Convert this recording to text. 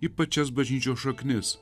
į pačias bažnyčios šaknis